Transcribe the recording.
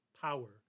power